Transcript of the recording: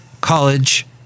College